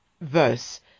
verse